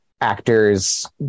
actors